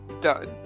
Done